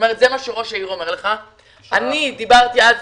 אני אמרתי בדיון,